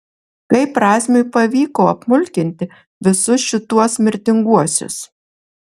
kaip ramziui pavyko apmulkinti visus šituos mirtinguosius